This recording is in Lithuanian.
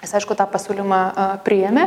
jis aišku tą pasiūlymą priėmė